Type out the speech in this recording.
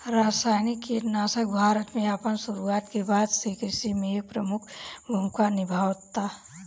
रासायनिक कीटनाशक भारत में अपन शुरुआत के बाद से कृषि में एक प्रमुख भूमिका निभावता